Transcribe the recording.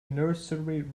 nursery